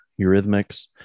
eurythmics